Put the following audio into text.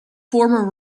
former